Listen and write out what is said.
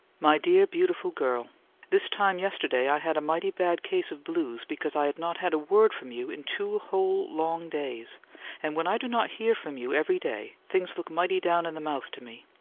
my dear, beautiful girl this time yesterday i had a mighty bad case of blues because i had not had a word from you in two whole long days and when i do not hear from you every day things look mighty down in the mouth to me.